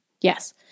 Yes